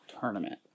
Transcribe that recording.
tournament